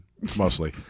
mostly